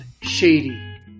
Shady